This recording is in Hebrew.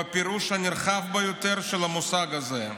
בפירוש הנרחב ביותר של המושג הזה".